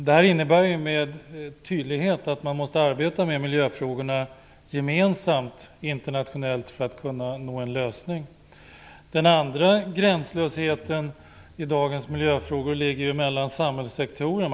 Detta innebär med tydlighet att man gemensamt internationellt måste arbeta med miljöfrågorna för att nå en lösning. Den andra gränslösheten i dagens miljöfrågor ligger mellan samhällssektorerna.